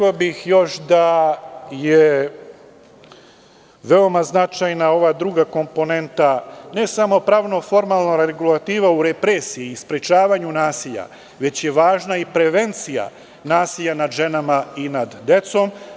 Još bih rekao da je veoma značajna ova druga komponenta ne samo pravno-formalna regulativa u represiji i sprečavanju nasilja, već je važna i prevencija nasilja nad ženama i nad decom.